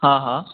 हा हा